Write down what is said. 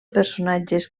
personatges